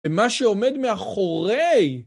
במה שעומד מאחורי.